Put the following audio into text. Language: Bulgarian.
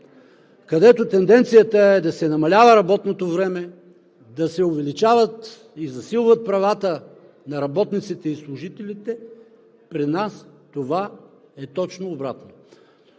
където тенденцията е да се намалява работното време, да се увеличават и засилват правата на работниците и служителите. При нас това е точно обратното.